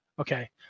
Okay